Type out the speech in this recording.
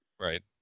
Right